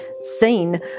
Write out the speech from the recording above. seen